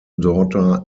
daughter